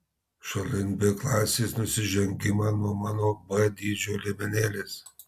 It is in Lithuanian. šalin b klasės nusižengimą nuo mano b dydžio liemenėlės